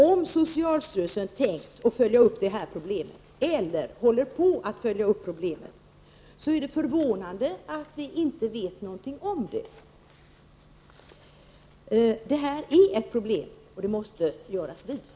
Om socialstyrelsen har tänkt följa upp problemet eller om man redan håller på med den saken, är det förvånande att vi inte känner till det. Det här är ett problem som vi måste göra något åt.